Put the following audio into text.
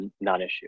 non-issue